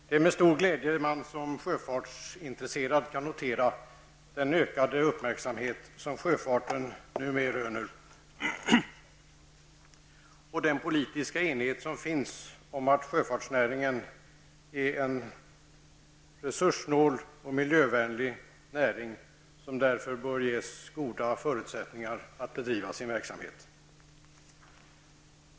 Herr talman! Det är med stor glädje som jag som sjöfartsintresserad noterar den ökade uppmärksamhet som sjöfarten numera röner och den politiska enighet som finns om att sjöfartsnäringen är en resurssnål och miljövänlig näring, som därför bör ges goda förutsättningar att bedriva sin verksamhet.